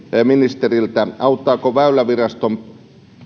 ministeriltä auttaako väyläviraston